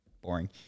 boring